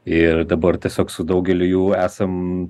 ir dabar tiesiog su daugeliu jų esam